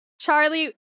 Charlie